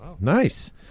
Nice